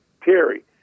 Terry